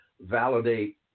validate